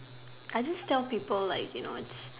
I just tell people like you know